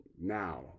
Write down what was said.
now